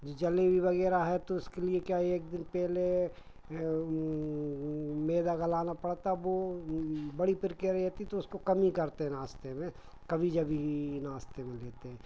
जलेबी वग़ैरह है तो उसके लिए क्या एक दिन पहले वह वह मैदा गलाना पड़ता है वह बड़ी प्रक्रिया रहती तो उसको कम ही करते नाश्ते में कभी जब ही नाश्ते में लेते हैं